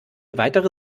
weitere